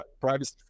privacy